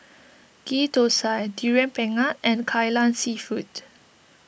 Ghee Thosai Durian Pengat and Kai Lan Seafood